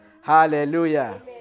Hallelujah